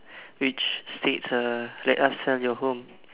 which states uh let us sell your home